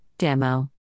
demo